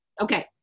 Okay